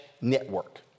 network